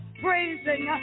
praising